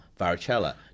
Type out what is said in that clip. varicella